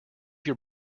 your